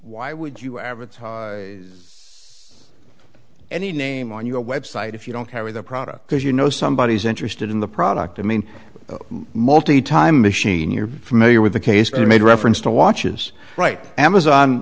why would you ever it's any name on your website if you don't carry the product because you know somebody is interested in the product i mean multi time machine you're familiar with the case i made reference to watches right amazon